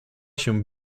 się